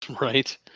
Right